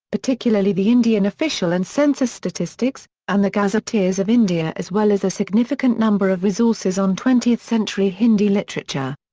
particularly the indian official and census statistics, and the gazetteers of india as well as a significant number of resources on twentieth century hindi literature.